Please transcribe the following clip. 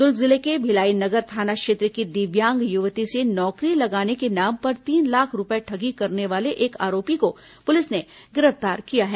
दुर्ग जिले के भिलाई नगर थाना क्षेत्र की दिव्यांग युवती से नौकरी लगाने के नाम पर तीन लाख रूपए ठगी करने वाले एक आरोपी को पुलिस ने गिरफ्तार किया है